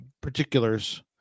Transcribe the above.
particulars